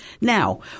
Now